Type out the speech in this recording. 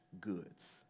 goods